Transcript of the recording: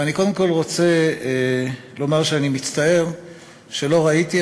ואני קודם רוצה לומר שאני מצטער שלא ראיתי,